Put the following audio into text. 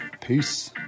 Peace